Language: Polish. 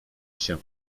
się